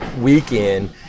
weekend